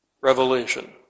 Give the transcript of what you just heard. revelation